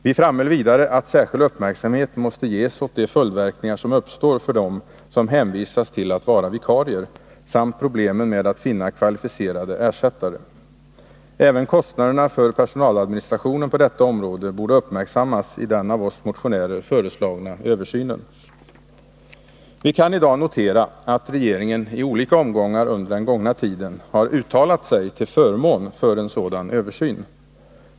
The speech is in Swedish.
Vi framhöll vidare att särskild uppmärksamhet måste ges åt följdverkning ar som uppstår för dem som hänvisas till att vara vikarier samt problemen med att finna kvalificerade ersättare. Även kostnaderna för personaladministrationen på dessa områden borde uppmärksammas vid den av oss motionärer föreslagna översynen. Vi kan i dag notera att regeringen i olika omgångar under den gångna tiden har uttalat sig till förmån för en sådan översyn.